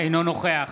אינו נוכח